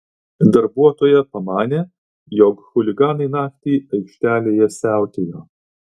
darbuotoja pamanė jog chuliganai naktį aikštelėje siautėjo